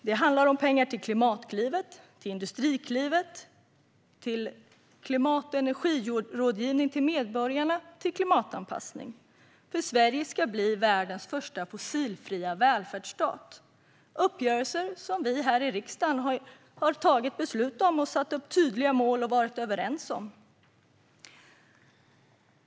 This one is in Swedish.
Det handlar om pengar till Klimatklivet, till Industriklivet, till klimat och energirådgivning till medborgarna och till klimatanpassning. Sverige ska bli världens första fossilfria välfärdsstat. Det handlar om uppgörelser som vi här i riksdagen har fattat beslut om, satt upp tydliga mål för och varit överens om.